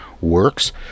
works